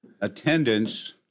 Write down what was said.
attendance